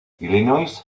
illinois